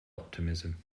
optimism